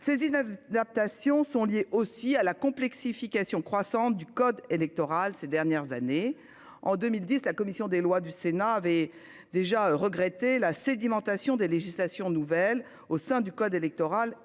saisi natation sont liées aussi à la complexification croissante du code électoral. Ces dernières années. En 2010, la commission des Lois du Sénat avait déjà regretté la sédimentation des législations nouvelles au sein du code électoral et sa